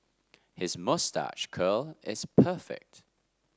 his moustache curl is perfect